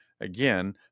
Again